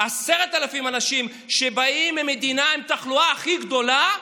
10,000 אנשים שבאים מהמדינה עם התחלואה הכי גדולה,